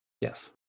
Yes